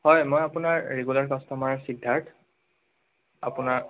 হয় মই আপোনাৰ ৰেগুলাৰ কাষ্টমাৰ সিদ্ধাৰ্থ আপোনাৰ